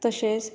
तशेंच